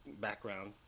background